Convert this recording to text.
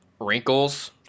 Wrinkles